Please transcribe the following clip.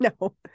No